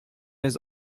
his